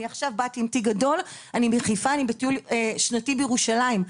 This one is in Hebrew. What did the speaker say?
אני עכשיו עם תיק גדול כי אני בטיול שנתי בירושלים,